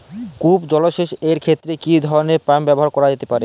কূপ জলসেচ এর ক্ষেত্রে কি ধরনের পাম্প ব্যবহার করা যেতে পারে?